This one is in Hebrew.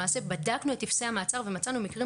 למעשה בדקנו את טופסי המעצר ומצאנו מקרים